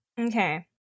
Okay